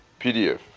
PDF